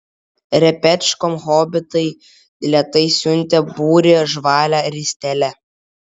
repečkom hobitai lėtai siuntė būrį žvalia ristele